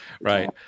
right